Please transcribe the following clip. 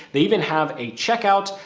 they even have a checkout,